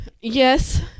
Yes